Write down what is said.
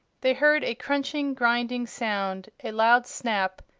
they heard a crunching, grinding sound, a loud snap,